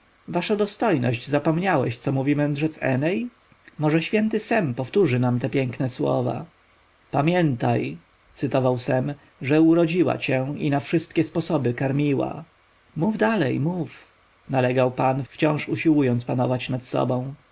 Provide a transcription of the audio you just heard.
wasza dostojność zapomniałeś co mówi mędrzec eney może święty sem powtórzy nam te piękne słowa o matce pamiętaj cytował sem że urodziła cię i na wszystkie sposoby karmiła mów dalej mów nalegał pan wciąż usiłując panować nad sobą